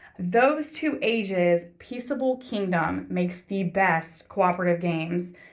those two ages peaceable kingdom makes the best cooperative games.